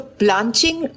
blanching